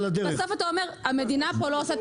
בסוף אתה אומר המדינה פה לא עושה את